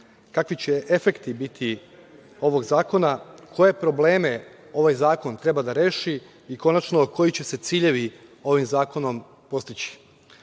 Kakvi će efekti biti ovog zakona, koje probleme ovaj zakon treba da reši i konačno koji će se ciljevi ovim zakonom postići. Ono